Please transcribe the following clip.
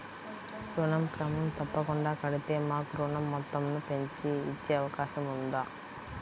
ఋణం క్రమం తప్పకుండా కడితే మాకు ఋణం మొత్తంను పెంచి ఇచ్చే అవకాశం ఉందా?